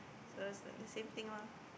so it's like the same thing lah